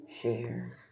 share